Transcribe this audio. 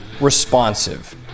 responsive